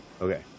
Okay